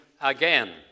again